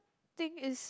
thing is